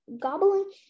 gobbling